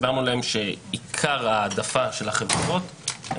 הסברנו להם שעיקר העדפה של החברות היא